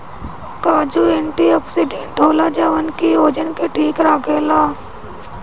काजू एंटीओक्सिडेंट होला जवन की ओजन के ठीक राखेला